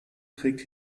trägt